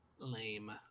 Lame